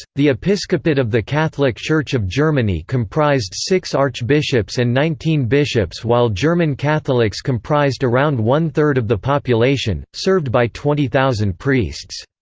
the episcopate of the catholic church of germany comprised six archbishops and nineteen bishops while german catholics comprised around one third of the population, served by twenty thousand priests.